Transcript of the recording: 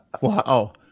wow